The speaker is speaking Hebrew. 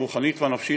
הרוחנית והנפשית,